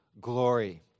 glory